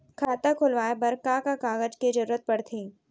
खाता खोलवाये बर का का कागज के जरूरत पड़थे?